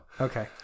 Okay